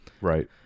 right